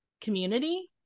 community